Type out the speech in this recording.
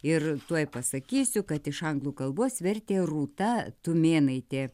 ir tuoj pasakysiu kad iš anglų kalbos vertė rūta tumėnaitė